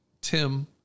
Tim